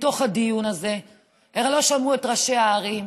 לא שמעו את ראשי הערים,